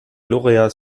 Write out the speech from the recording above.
lauréats